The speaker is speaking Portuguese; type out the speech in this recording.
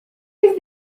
eles